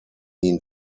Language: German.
ihn